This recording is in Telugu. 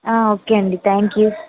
ఓకే అండి థ్యాంక్ యూ